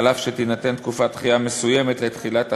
אף שתינתן תקופת דחייה מסוימת לתחילת החוק,